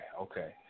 okay